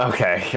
Okay